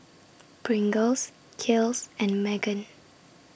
Pringles Kiehl's and Megan